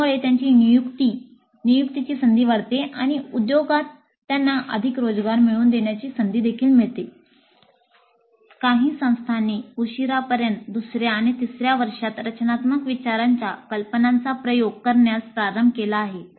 यामुळे त्यांची नियुक्तीची संधी वाढते आणि उद्योगात त्यांना अधिक रोजगार मिळवून देण्याची संधी देखील मिळते काही संस्थांनी उशीरापर्यंत दुसर्या आणि तिसर्या वर्षात रचनात्मक विचारांच्या कल्पनांचा प्रयोग करण्यास प्रारंभ केला आहे